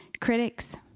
Critics